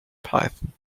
python